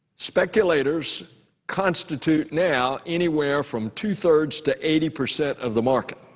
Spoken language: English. speculators constitute now anywhere from two-thirds to eighty percent of the market.